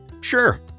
Sure